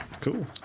cool